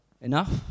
enough